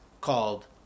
called